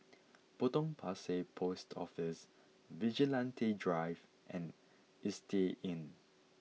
Potong Pasir Post Office Vigilante Drive and Istay Inn